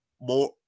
more